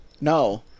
No